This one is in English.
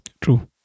True